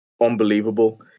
unbelievable